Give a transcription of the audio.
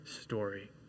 story